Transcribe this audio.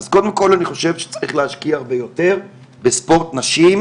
אז קודם כל אני חושב שצריך להשקיע יותר בספורט נשי,